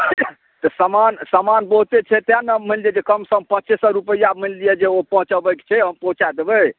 तऽ समान समान बहुतेक छै तेँ ने जे मानि लिअ जे कम सम पाँचे सए रुपैआ मानि लिअ जे ओ पहुँचऽबैक छै हम पहुँचा देबै